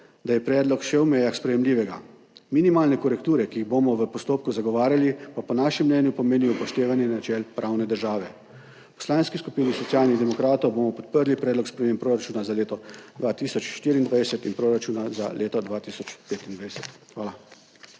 da je predlog še v mejah sprejemljivega. Minimalne korekture, ki jih bomo v postopku zagovarjali, pa po našem mnenju pomenijo upoštevanje načel pravne države. V Poslanski skupini Socialnih demokratov bomo podprli predloga sprememb proračuna za leto 2024 in proračuna za leto 2025. Hvala.